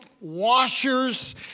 washers